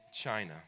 China